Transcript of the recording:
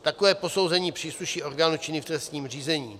Takové posouzení přísluší orgánům činným v trestním řízení.